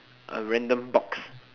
a random box